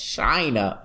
China